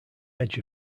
edge